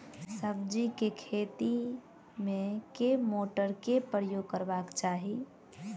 सब्जी केँ खेती मे केँ मोटर केँ प्रयोग करबाक चाहि?